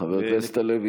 חבר הכנסת הלוי,